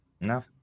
No